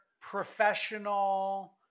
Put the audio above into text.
professional